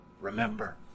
Remember